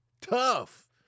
Tough